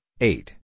eight